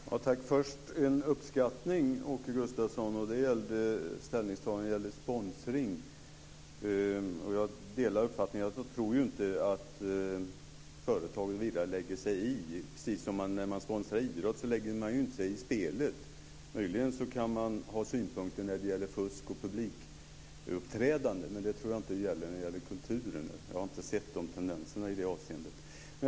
Fru talman! Först en uppskattning, Åke Gustavsson. Det gäller ställningstagandet till sponsring. Jag delar den uppfattningen. Jag tror inte att företagen lägger sig i. När man sponsrar idrott lägger man sig ju inte i spelet. Möjligen kan man ha synpunkter på fusk och publikuppträdande. Men det tror jag inte gäller inom kulturen. Jag har inte sett de tendenserna i det avseendet.